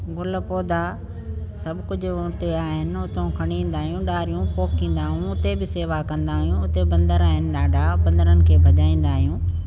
ग़ुल पौधा सभु कुझु उते आहिनि उतो खणी ईंदा आहियूं डारियूं पोकिंदा आहियूं उते बि सेवा कंदा आहियूं उते बंदर आहिनि ॾाढा बंदिरनि खे भजाईंदा आहियूं